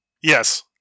Yes